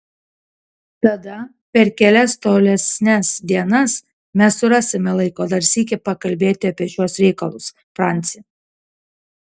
tada per kelias tolesnes dienas mes surasime laiko dar sykį pakalbėti apie šiuos reikalus franci